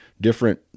different